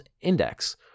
Index